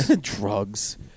Drugs